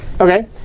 Okay